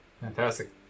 fantastic